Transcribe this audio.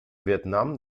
vietnam